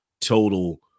total